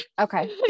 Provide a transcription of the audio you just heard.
okay